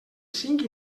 cinc